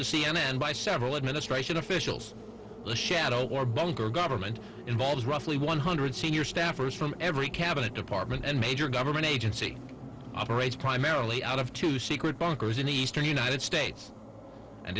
n by several administration officials the shadow war bunker government involves roughly one hundred senior staffers from every cabinet department and major government agency operates primarily out of two secret bunkers in the eastern united states and